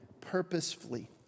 purposefully